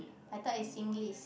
I thought is Singlish